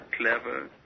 Clever